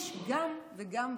יש גם וגם וגם.